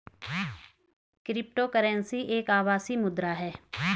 crypto currency एक आभासी मुद्रा है